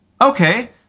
Okay